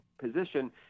position